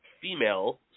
female